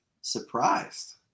surprised